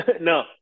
no